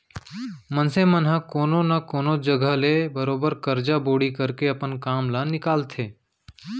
मनसे मन ह कोनो न कोनो जघा ले बरोबर करजा बोड़ी करके अपन काम ल निकालथे